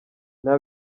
nta